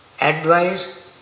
advice